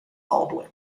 baldwin